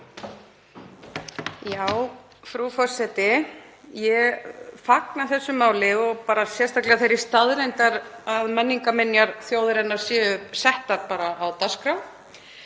Frú forseti. Ég fagna þessu máli og sérstaklega þeirri staðreynd að menningarminjar þjóðarinnar séu settar á dagskrá.